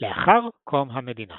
לאחר קום המדינה